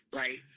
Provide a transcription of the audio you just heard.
right